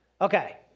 Okay